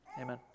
amen